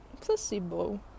placebo